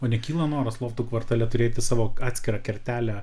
o nekyla noras loftų kvartale turėti savo atskirą kertelę